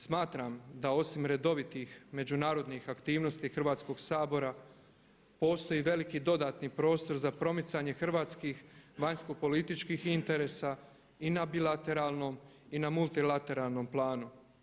Smatram da osim redovitih međunarodnih aktivnosti Hrvatskog sabora postoji veliki dodatni prostor za promicanje hrvatskih vanjskopolitičkih interesa i na bilateralnom i na multilateralnom planu.